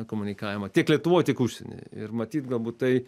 komunikavimą tiek lietuvoj tiek užsieny ir matyt galbūt tai